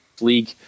League